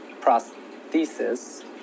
prosthesis